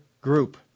group